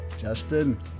Justin